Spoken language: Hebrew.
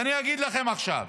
ואני אגיד לכם עכשיו,